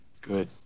Good